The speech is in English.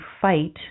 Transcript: fight